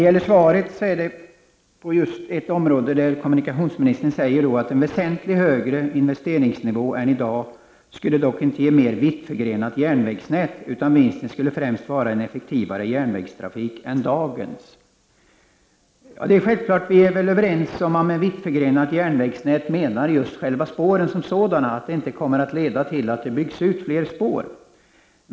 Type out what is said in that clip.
I svaret säger kommunikationsministern följande: ”En väsentligt högre investeringsnivå än i dag skulle dock inte ge ett mer vittförgrenat järnvägsnät utan vinsten skulle främst vara en effektivare järnvägstrafik än dagens”. Vi är självfallet överens om att man med ett vittförgrenat järnvägsnät menar just själva järnvägsspåren som sådana och att en högre investeringsnivå inte kommer att leda till att det byggs ut fler spår.